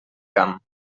camp